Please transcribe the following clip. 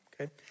Okay